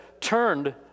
turned